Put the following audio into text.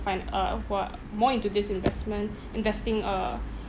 find uh who are more into this investment investing uh